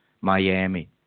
Miami